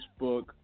Facebook